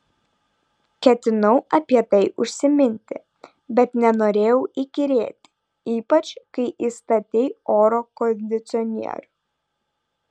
ketinau apie tai užsiminti bet nenorėjau įkyrėti ypač kai įstatei oro kondicionierių